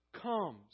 comes